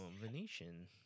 Venetian